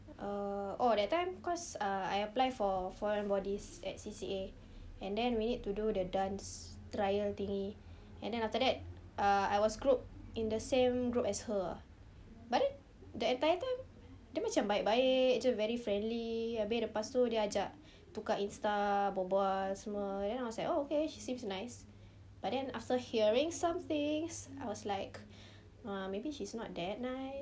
uh oh that time cause uh I apply for foreign bodies at C_C_A and then we need to do the dance trial thingy and then after that uh I was grouped in the same group as her ah but then the entire time dia macam baik-baik jer very friendly habis lepas itu dia ajak tukar insta bual-bual semua you know I was like oh okay she seems nice but then after hearing some things I was like ah maybe she's not that nice